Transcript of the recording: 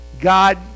God